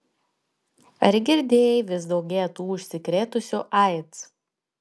ar girdėjai vis daugėja tų užsikrėtusių aids